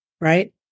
Right